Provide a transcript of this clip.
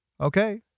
Okay